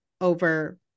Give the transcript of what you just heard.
over